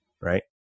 right